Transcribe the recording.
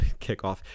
kickoff